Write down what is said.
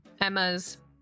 Emma's